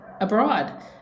abroad